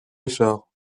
richard